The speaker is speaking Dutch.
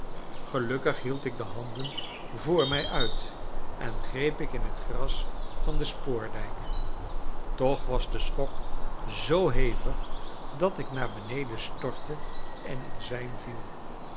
gelukkig hield ik de handen voor mij uit en greep ik in het gras van den spoordijk toch was de schok zoo hevig dat ik naar beneden stortte en in zwijm viel